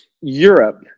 Europe